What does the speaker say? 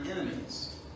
enemies